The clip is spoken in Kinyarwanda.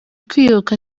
kwiyubaka